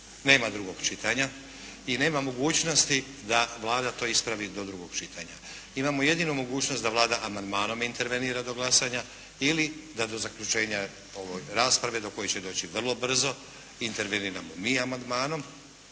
Nema drugog čitanja i nema mogućnosti da Vlada to ispravi do drugog čitanja. Imamo jedino mogućnost da Vlada amandmanom intervenira do glasanja ili da do zaključenja ove rasprave do koje će doći vrlo brzo interveniramo mi amandmanom.